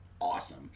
awesome